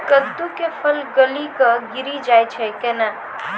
कददु के फल गली कऽ गिरी जाय छै कैने?